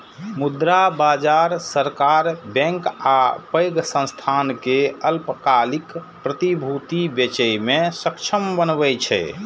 मुद्रा बाजार सरकार, बैंक आ पैघ संस्थान कें अल्पकालिक प्रतिभूति बेचय मे सक्षम बनबै छै